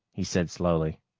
he said slowly.